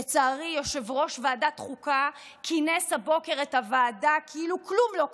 לצערי יושב-ראש ועדת חוקה כינס הבוקר את הוועדה כאילו כלום לא קרה,